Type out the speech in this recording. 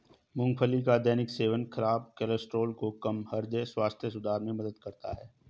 मूंगफली का दैनिक सेवन खराब कोलेस्ट्रॉल को कम, हृदय स्वास्थ्य सुधार में मदद करता है